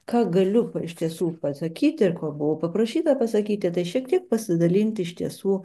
ką galiu iš tiesų pasakyti ir ko buvau paprašyta pasakyti tai šiek tiek pasidalinti iš tiesų